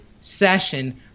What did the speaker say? session